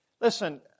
Listen